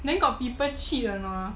then got people cheat or not ah